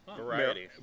variety